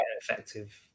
effective